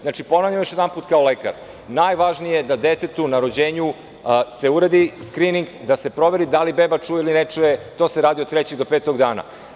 Znači, ponavljam još jedanput kao lekar, najvažnije je da detetu na rođenju se uradi skrining, da se proveri da li beba čuje ili ne čuje, a to se radi od trećeg do petog dana.